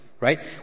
Right